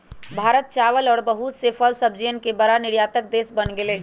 भारत चावल और बहुत से फल सब्जियन के बड़ा निर्यातक देश बन गेलय